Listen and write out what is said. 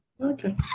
Okay